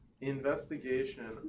investigation